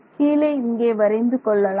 கீழே இங்கே வரைந்து கொள்ளலாம்